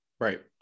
Right